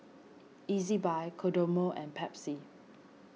Ezbuy Kodomo and Pepsi